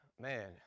man